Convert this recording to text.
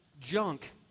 junk